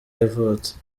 yavutse